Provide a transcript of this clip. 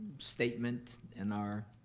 statement in our